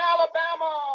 Alabama